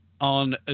on